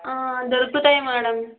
దొరుకుతాయి మ్యాడమ్